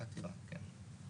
עתירה, כן.